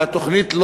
והתוכנית,